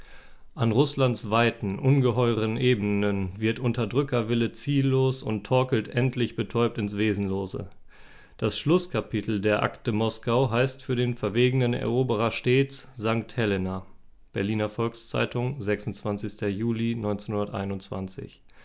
an rußlands weiten ungeheuren ebenen wird unterdrückerwille ziellos und torkelt endlich betäubt ins wesenlose das schlußkapitel der akte moskau heißt für den verwegenen eroberer stets sankt helena berliner volks-zeitung juli